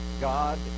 God